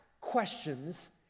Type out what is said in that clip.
questions